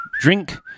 drink